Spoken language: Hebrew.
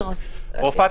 שצריך.